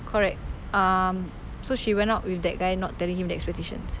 correct um so she went out with that guy not telling him the expectations